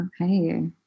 Okay